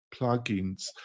plugins